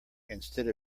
instead